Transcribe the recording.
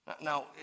Now